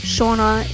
Shauna